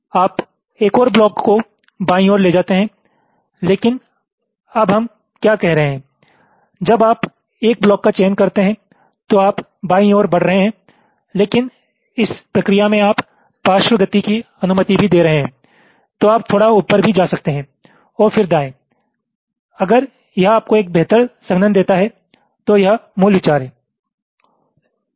आप एक और ब्लॉक को बाईं ओर ले जाते हैं लेकिन अब हम क्या कह रहे हैं जब आप एक ब्लॉक का चयन करते हैं तो आप बाईं ओर बढ़ रहे हैं लेकिन इस प्रक्रिया में आप पार्श्व गति की अनुमति भी दे रहे हैं तो आप थोड़ा ऊपर भी जा सकते हैं और फिर दांए अगर यह आपको एक बेहतर संघनन देता है तो यह विचार है